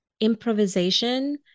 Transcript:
improvisation